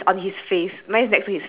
eh that's the another difference ah shir